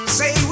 say